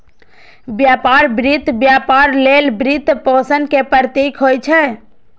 व्यापार वित्त व्यापार लेल वित्तपोषण के प्रतीक होइ छै